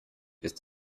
ist